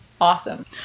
Awesome